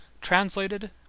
Translated